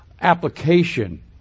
application